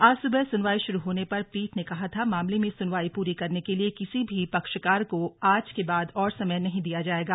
आज सुबह सुनवाई शुरू होने पर पीठ ने कहा था मामले में सुनवाई पूरी करने के लिए किसी भी पक्षकार को आज के बाद और समय नहीं दिया जाएगा